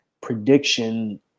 prediction